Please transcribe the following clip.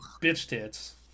bitch-tits